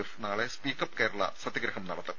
F നാളെ speak up Kerala സത്യഗ്രഹം നടത്തും